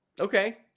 Okay